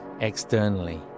externally